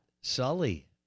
Sully